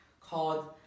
called